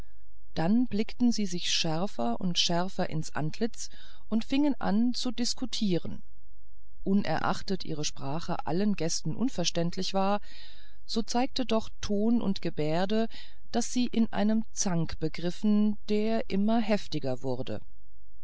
dann blickten sie sich schärfer und schärfer ins antlitz und fingen an zu diskurieren unerachtet ihre sprache allen gästen unverständlich war so zeigte doch ton und gebärde daß sie in einem zank begriffen der immer heftiger wurde